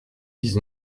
dix